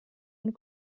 und